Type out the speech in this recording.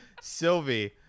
Sylvie